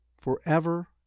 forever